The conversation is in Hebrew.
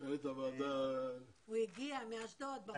הוא הגיע מאשדוד, בבוקר.